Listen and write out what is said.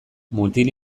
mutil